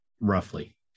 roughly